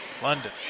London